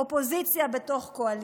אופוזיציה בתוך קואליציה.